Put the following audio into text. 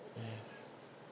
yes